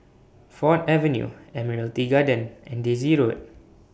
Ford Avenue Admiralty Garden and Daisy Road